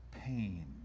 pain